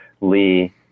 Lee